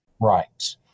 Right